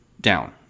down